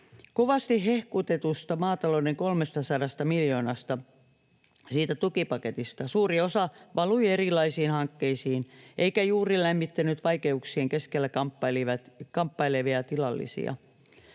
Kovasti hehkutetusta maatalouden 300 miljoonasta, siitä tukipaketista, suuri osa valui erilaisiin hankkeisiin eikä juuri lämmittänyt vaikeuksien keskellä kamppailevia tilallisia.